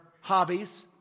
hobbies